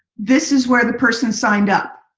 this is where the person signed up.